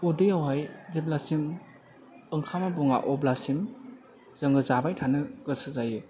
उदैयावहाय जेब्लासिम ओंखामा बुङा अब्लासिम जोङो जाबाय थानो गोसो जायो